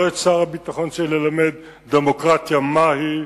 לא את שר הביטחון צריך ללמד מהי דמוקרטיה,